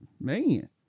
Man